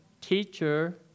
teacher